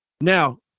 Now